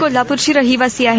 कोल्हाप्रची रहिवासी आहे